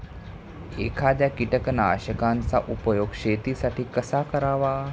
एखाद्या कीटकनाशकांचा उपयोग शेतीसाठी कसा करावा?